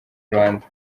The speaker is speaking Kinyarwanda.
rwanda